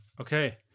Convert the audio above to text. Okay